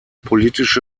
politische